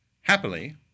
Happily